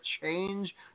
change